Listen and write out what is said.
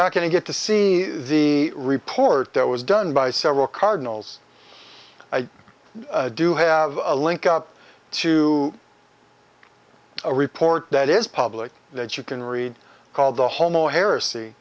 not going to get to see the report that was done by several cardinals i do have a link up to a report that is public that you can read called the homo h